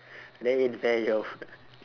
that ain't fair yo